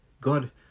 God